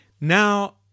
now